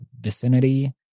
vicinity